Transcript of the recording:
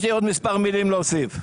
יש לי עוד מספר מילים להוסיף.